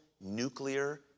nuclear